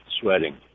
sweating